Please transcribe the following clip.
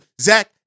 Zach